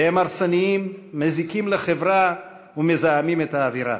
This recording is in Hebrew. והם הרסניים, מזיקים לחברה ומזהמים את האווירה.